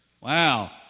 wow